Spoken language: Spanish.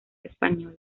español